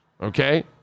Okay